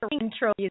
intro